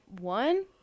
one